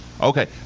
Okay